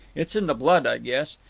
it's in the blood, i guess.